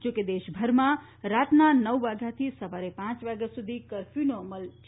જો કે દેશભરમાં રાતના નવ વાગ્યાથી સવારે પાંચ વાગ્યા સુધી કરફ્યુનો અમલ ચાલુ રહેશે